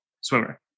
swimmer